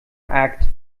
akt